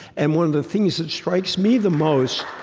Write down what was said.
and one of the things that strikes me the most,